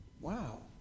Wow